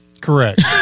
Correct